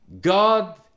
God